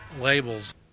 labels